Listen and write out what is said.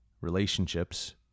relationships